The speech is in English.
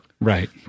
Right